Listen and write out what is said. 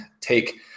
take